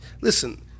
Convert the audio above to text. Listen